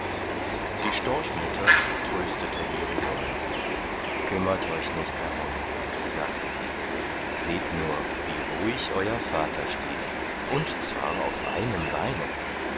die storchmutter tröstete ihre jungen kümmert euch nicht darum sagte sie seht nur wie ruhig euer vater steht und zwar auf einem beine